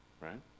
Right